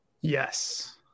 Yes